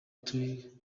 turi